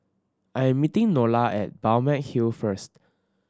I'm meeting Nola at Balmeg Hill first